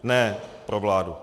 Ne pro vládu.